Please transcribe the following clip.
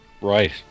Right